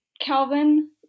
Calvin